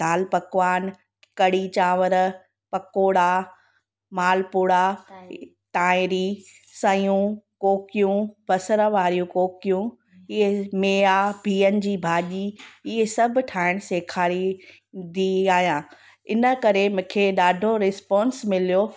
दाल पकवान कढ़ी चांवरु पकोड़ा मालपूड़ा तांहिरी सइयूं कोकियूं बसर वारियूं कोकियूं इहे मेआ बिहनि जी भाॼी इअं सभु ठाहिण सेखासरींदी आहियां इनकरे मूंखे ॾाढो रिस्पोंस मिलियो